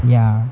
ya